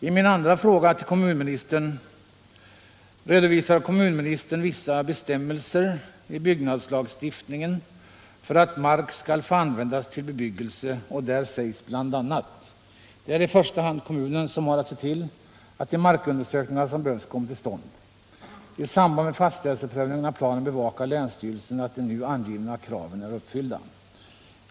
Som svar på min andra fråga redovisar kommunministern en del villkor i byggnadslagstiftningen för att mark skall få användas till bebyggelse. Där sägs bl.a.: ”Det är i första hand kommunen som har att se till att de markundersökningar som behövs kommer till stånd. I samband med fastställelseprövningen av planen bevakar länsstyrelsen att de nu angivna kraven är uppfyllda.